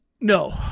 No